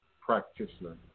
practitioner